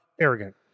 arrogant